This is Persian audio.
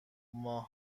ماه